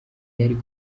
yari